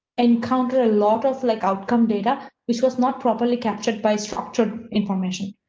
encounter a lot of like, outcome data, which was not properly captured by structured information.